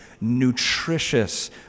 nutritious